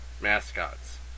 mascots